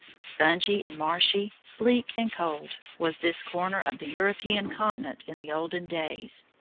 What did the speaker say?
spongy and marshy, bleak and cold, was this corner of the european continent in the olden days.